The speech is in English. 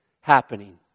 happening